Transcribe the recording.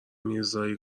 میرزایی